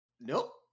Nope